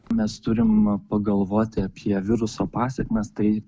mes turim pagalvoti apie viruso pasekmes tai